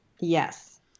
Yes